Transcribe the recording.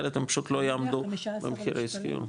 אחרת הם פשוט לא יעמדו במחירי שכירות,